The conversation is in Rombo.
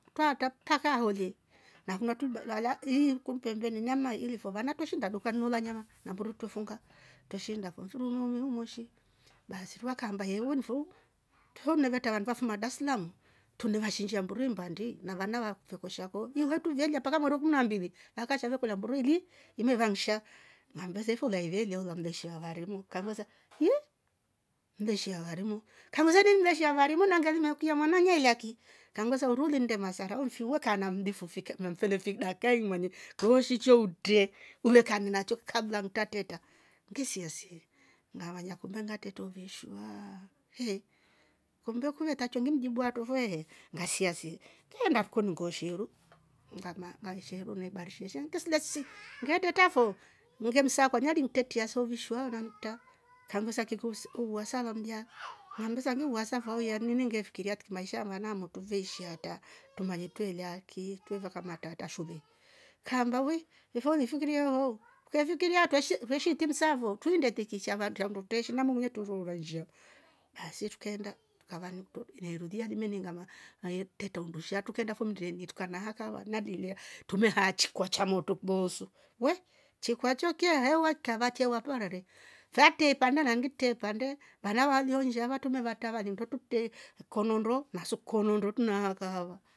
Ukaatra mpaka mpaka aholie lakin oh trulilya lya ii kunu pemebeni nyama ilifo vana twre shiinda dukani ioola nyama, mburu twre funga mfiri uumu umu moshi baasi vakaamba ye uwoni fo tra unevetra vandu vafuma daslamu truvevashinsha mburu nvandi na vana varewe kwashakoo ilyo tuveeliya mpaka mweeri wa kumna mbili vakasha vakakolya mburu ili. imeva nsha ngammbesa ife ulaiveelya na mleshi avarimu ngambesa hii! Mleshi avarimu. nkambesa ini mleshi avarimu nangelikuiya mwana neelya ki kangvesa uruu ngilennde masarau nfi we kaa na mlifu fi- ke mfele fi dakai mwenye klooshi cho utre umekaang'anacho kabla ntrateta ngesia sii ngamanya kumbe ngatreta uvishwaaa kumbe ngivetrakiwe ngimjibu hatro fo ehe ngasia sii ngeenda rikoningooshe iru na ibarisheshe ngisile si ngetreta fo ngemsaakulya nali ntretia se uvishwa ama ni kutra kanvesa kiku wa wasawasu mlya ngi wasa fo mla ni ini nge fikiria tiki maisha a mwana amotru veeshi hatra trumanye tweela ki twre vakamtra atra shule kaamba wi ife ulifikiria yoowo hoo ukefikiria atro ve shiitimu saa fo tuinde tiki shandu twreshii ng'ama we turora nshia baasii trukeenda ikava nikutro na iru lya ameniinga ne treta undusha trukeenda fo mmndeni tuka haa kahava na dulya trume haaa chikwa cha motru kloosu we chikwa cho che hewa kiava cheewa parara fe atre ipande naani ngitre ipande vana valionsha va trumavtra vali trute ikonondoo na su konondoo trune haa kahava,